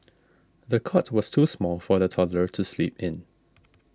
the cot was too small for the toddler to sleep in